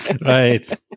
Right